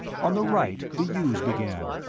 on the right the yews began,